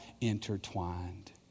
intertwined